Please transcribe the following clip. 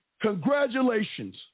congratulations